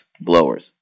blowers